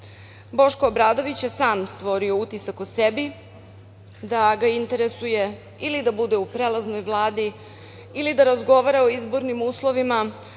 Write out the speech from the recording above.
Boško Obradović je sam stvorio utisak o sebi da ga interesuje da bude u prelaznoj vladi ili da razgovara o izbornim uslovima